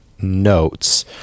notes